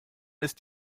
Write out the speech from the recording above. ist